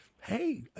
hey